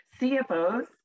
CFOs